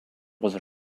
was